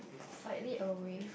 slightly away from